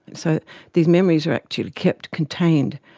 and so these memories are actually kept contained,